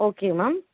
okay ma'am